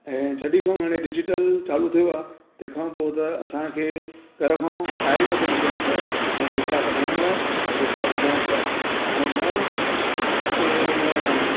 ऐं जॾहिं खां हाणे डिजिटल चालू थियो आहे तंहिंखां पोइ त असांखे घर खां ॿाहिरि ई नथो निकिरणो पए न पेसा कढाइण लाइ न पेसा विझाइण लाइ ऐं न की उन